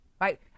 Right